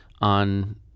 on